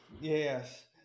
yes